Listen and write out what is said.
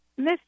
Mr